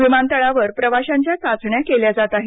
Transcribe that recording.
विमानतळावर प्रवाशांच्या चाचण्या केल्या जात आहेत